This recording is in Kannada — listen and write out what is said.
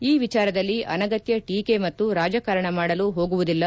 ಈ ವಿಚಾರದಲ್ಲಿ ಅನಗತ್ಯ ಟೀಕೆ ಮತ್ತು ರಾಜಕಾರಣ ಮಾಡಲು ಹೋಗುವುದಿಲ್ಲ